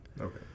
Okay